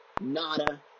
nada